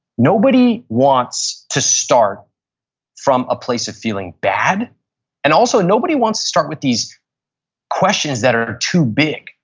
nobody wants to start from a place of feeling bad and also nobody wants to start with these questions that are too big.